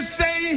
say